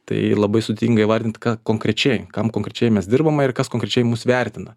tai labai sudėtinga įvardinti ką konkrečiai kam konkrečiai mes dirbam ir kas konkrečiai mus vertina